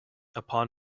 upon